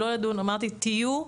לא לדון?", אמרתי "תהיו,